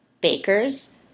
bakers